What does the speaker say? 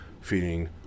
feeding